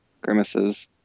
grimaces